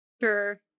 Sure